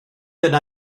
yna